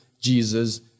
Jesus